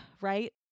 right